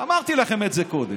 אמרתי את זה לכם קודם,